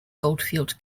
goldfield